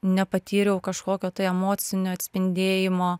nepatyriau kažkokio tai emocinio atspindėjimo